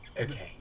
Okay